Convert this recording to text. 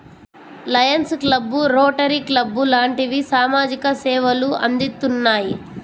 Lions club, Rotary club లాంటివి సామాజిక సేవలు అందిత్తున్నాయి